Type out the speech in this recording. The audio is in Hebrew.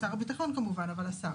שר הביטחון כמובן, אבל השר.